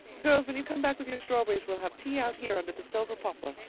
girls, when you come back with your strawberries we'll have tea out here under the silver poplar.